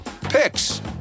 picks